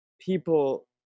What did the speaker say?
people